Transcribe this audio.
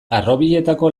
harrobietako